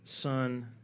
son